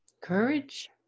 courage